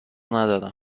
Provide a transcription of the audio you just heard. ندارم